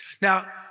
Now